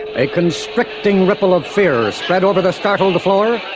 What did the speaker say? a constricting ripple of fear spread over the startled floor,